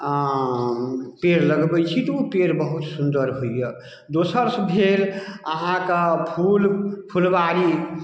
अऽ पेड़ लगबै छी तऽ ओ पेड़ बहुत सुन्दर होइए दोसर जे अहाँके फूल फुलबाड़ी